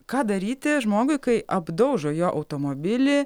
ką daryti žmogui kai apdaužo jo automobilį